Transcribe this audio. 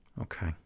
Okay